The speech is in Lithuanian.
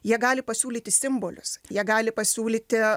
jie gali pasiūlyti simbolius jie gali pasiūlyti